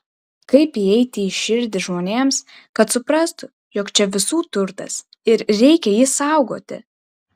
kaip įeiti į širdį žmonėms kad suprastų jog čia visų turtas ir reikia jį saugoti